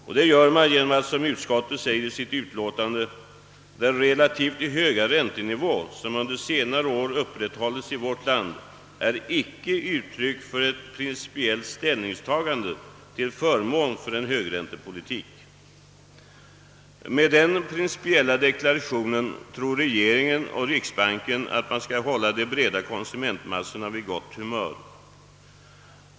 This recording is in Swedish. Detta gör man så som utskottet anger i sitt utlåtande på följande sätt: »Den relativt höga räntenivå som under senare år upprätthållits i vårt land är icke uttryck för ett principiellt ställningstagande till förmån för en högräntepolitik.» Med denna principiella deklaration tror regeringen och riksbanken att man skall kunna hålla de breda konsumentmassorna vid gott humör.